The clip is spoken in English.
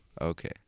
okay